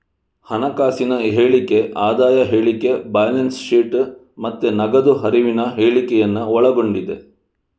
ಹಣಕಾಸಿನ ಹೇಳಿಕೆ ಆದಾಯ ಹೇಳಿಕೆ, ಬ್ಯಾಲೆನ್ಸ್ ಶೀಟ್ ಮತ್ತೆ ನಗದು ಹರಿವಿನ ಹೇಳಿಕೆಯನ್ನ ಒಳಗೊಂಡಿದೆ